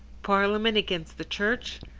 parliament against the church,